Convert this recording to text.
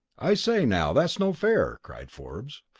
i say, now, that's no fair! cried forbes.